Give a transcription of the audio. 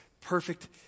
perfect